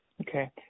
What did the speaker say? okay